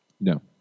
No